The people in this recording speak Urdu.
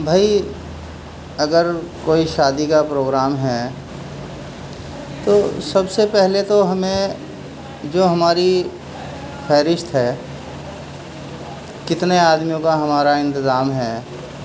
بھئی اگر کوئی شادی کا پروگرام ہے تو سب سے پہلے تو ہمیں جو ہماری فہرست ہے کتنے آدمیوں کا ہمارا انتظام ہے